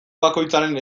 bakoitzaren